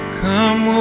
come